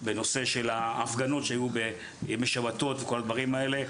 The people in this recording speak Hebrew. בנושא של ההפגנות שהיו בשבתות וכל הדברים האלה,